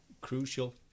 crucial